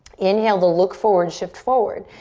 inhale to look forward. shift forward.